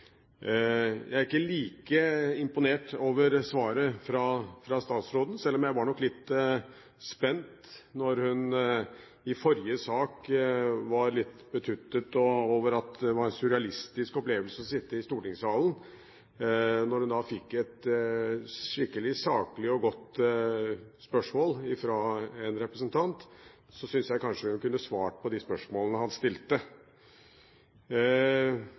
Jeg er ikke like imponert over svaret fra statsråden, selv om jeg nok var litt spent da hun i forrige sak var litt betuttet og syntes det var en surrealistisk opplevelse å sitte i stortingssalen. Når hun fikk et skikkelig saklig og godt spørsmål fra en representant, syns jeg kanskje hun kunne svart på de spørsmålene han stilte.